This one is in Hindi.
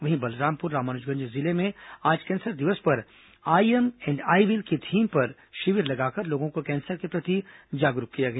वहीं बलरामपुर रामानुजगंज जिले में आज कैंसर दिवस पर I am and I will की थीम पर शिविर लगाकर लोगों को कैंसर के प्रति जागरूक किया गया